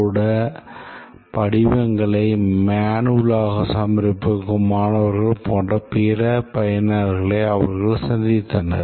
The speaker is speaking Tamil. கூட படிவங்களை manual ஆக சமர்ப்பிக்கும் மாணவர்கள் போன்ற பிற பயனர்களை அவர்கள் சந்தித்தனர்